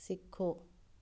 ਸਿੱਖੋ